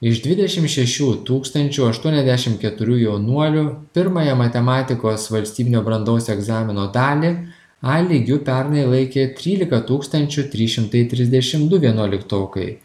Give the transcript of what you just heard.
iš dvidešimt šešių tūkstančių aštuoniasdešim keturių jaunuolių pirmąją matematikos valstybinio brandos egzamino dalį a lygiu pernai laikė trylika tūkstančių trys šimtai trisdešim du vienuoliktokai